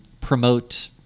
promote